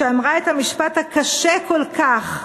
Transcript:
שאמרה את המשפט הקשה כל כך: